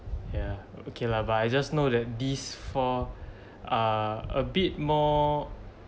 ya okay lah but I just know that these for uh a bit more